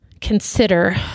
consider